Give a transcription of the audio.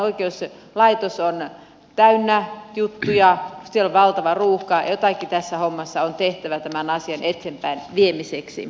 meidän oikeuslaitos on täynnä juttuja siellä on valtava ruuhka jotakin tässä hommassa on tehtävä tämän asian eteenpäinviemiseksi